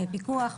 פיקוח,